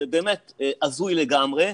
זה באמת הזוי לגמרי,